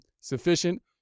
sufficient